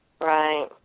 Right